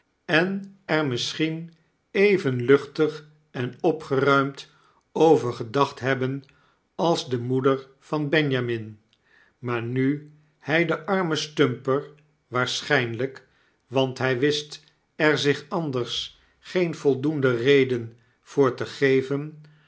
en er misschien even luchtig en opgeruimd over gedacht hebben als de moeder van benjamin maar nu hij den armen stumper waarschynlyk want hy wist er zich anders geen voldoende reden voor te geven